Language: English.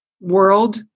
world